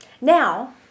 Now